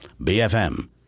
BFM